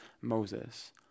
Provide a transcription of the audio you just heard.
Moses